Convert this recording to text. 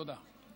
תודה.